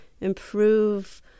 improve